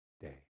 day